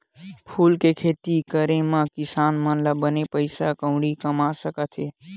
फूल के खेती करे मा किसान मन बने पइसा कउड़ी कमा सकत हे